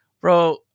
bro